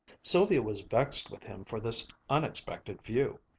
sylvia was vexed with him for this unexpected view.